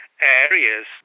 areas